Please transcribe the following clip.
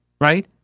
right